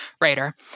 writer